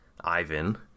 Ivan